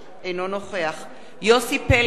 אינו נוכח יוסי פלד,